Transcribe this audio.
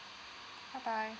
bye bye